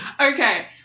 Okay